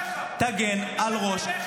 --- תגן על ראש הממשלה שלך.